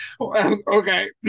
okay